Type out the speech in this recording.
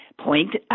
point